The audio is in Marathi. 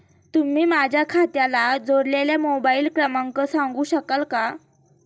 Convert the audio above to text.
तुम्ही माझ्या खात्याला जोडलेला मोबाइल क्रमांक सांगू शकाल का?